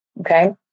Okay